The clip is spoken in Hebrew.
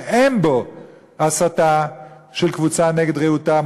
שאין בו הסתה של קבוצה נגד רעותה,